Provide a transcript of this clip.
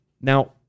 Now